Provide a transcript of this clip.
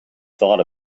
thought